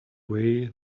way